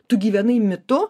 tu gyvenai mitu